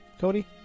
Cody